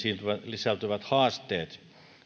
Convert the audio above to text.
sisältyvät haasteet